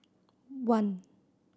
one